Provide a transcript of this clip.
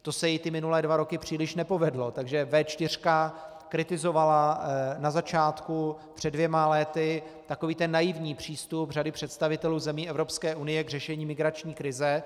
To se jí minulé dva roky příliš nepovedlo, takže V4 kritizovala na začátku před dvěma léty takový ten naivní přístup řady představitelů zemí Evropské unie k řešení migrační krize.